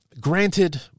granted